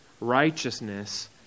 righteousness